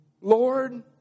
Lord